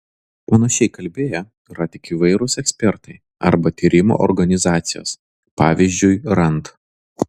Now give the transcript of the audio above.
panašiai kalbėję yra tik įvairūs ekspertai arba tyrimų organizacijos pavyzdžiui rand